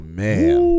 man